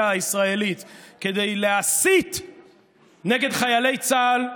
הישראלית כדי להסית נגד חיילי צה"ל,